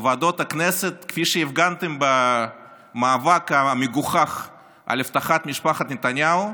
בוועדות הכנסת כפי שהפגנתם במאבק המגוחך על אבטחת משפחת נתניהו,